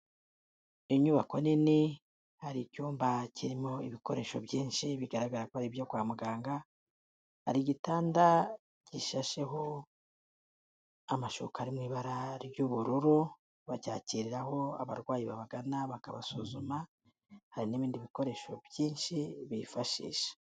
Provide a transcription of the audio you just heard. Inyubako nini, hari icyumba kirimo ibikoresho byinshi bigaragara ko ibyo kwa muganga. Hari igitanda gishasheho amashuka ari mu ibara ry'ubururu, bacyakiriraho abarwayi babagana bakabasuzuma. Hari n'ibindi bikoresho byinshi bifashisha.